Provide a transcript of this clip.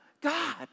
God